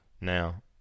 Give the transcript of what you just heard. now